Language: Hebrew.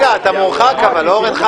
רגע, אבל אתה מורחק, לא, אורן חזן?